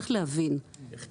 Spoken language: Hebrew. אני חושב